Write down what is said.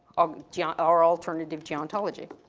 yeah ah our alternative gerontology.